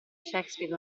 shakespeare